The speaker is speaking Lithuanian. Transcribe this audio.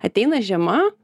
ateina žiema